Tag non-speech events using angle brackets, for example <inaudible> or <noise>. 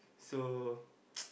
so <noise>